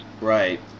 Right